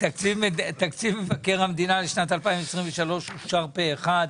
תקציב מבקר המדינה לשנת 2023 אושר פה אחד.